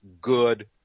good